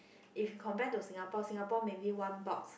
if compare to Singapore Singapore maybe one box